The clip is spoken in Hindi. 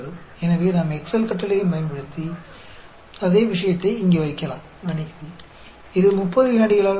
तो हम एक्सेल कमांड का उपयोग करके यहाँ भी एक ही चीज़ में डाल सकते हैं क्षमा करें